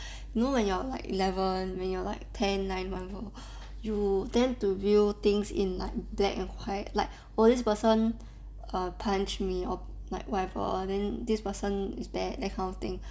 you know when you're like eleven when you're like ten nine [one] hor you tend to view things in like black and white like oh this person err punch me or like whatever then this person is bad that kind of thing